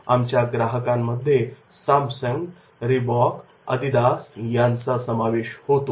आमच्या ग्राहकांमध्ये Samsung Reebok Adidas यांचा समावेश होतो